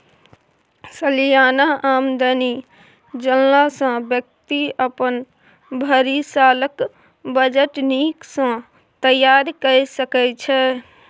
सलियाना आमदनी जनला सँ बेकती अपन भरि सालक बजट नीक सँ तैयार कए सकै छै